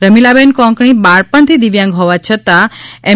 રમીલાબેન કોકણી બાળપણથી દિવ્યાંગ હોવા છતાં એમ